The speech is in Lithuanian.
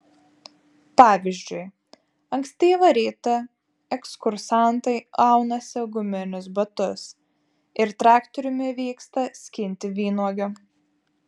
pavyzdžiui ankstyvą rytą ekskursantai aunasi guminius batus ir traktoriumi vyksta skinti vynuogių